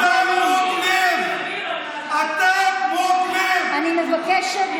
סדרנים, אני מבקשת.